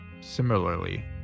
Similarly